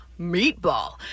meatball